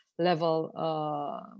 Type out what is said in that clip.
Level